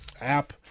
app